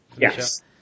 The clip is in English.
Yes